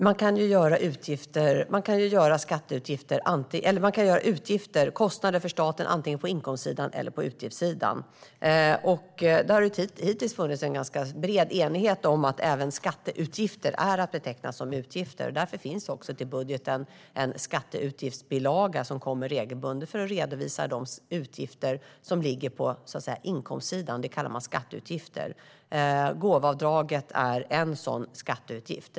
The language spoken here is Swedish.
Fru talman! Man kan ha kostnader för staten på både inkomstsidan och utgiftssidan. Det har hittills funnits en ganska bred enighet om att även skatteutgifter är att betrakta som utgifter. Därför kommer också regelbundet en skatteutgiftsbilaga till budgeten för att redovisa de utgifter som ligger på inkomstsidan. Det kallar man skatteutgifter. Gåvoavdraget är en sådan skatteutgift.